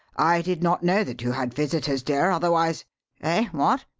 i did not know that you had visitors, dear, otherwise ah, what?